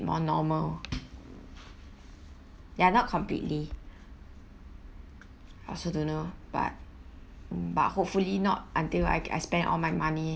more normal ya not completely I also don't know but but hopefully not until I I spend all my money online